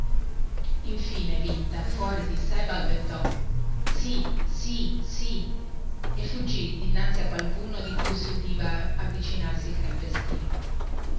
infine vinta fuori di sè balbettò sì sì sì e fuggì dinanzi a qualcuno di cui si udiva avvicinarsi il calpestìo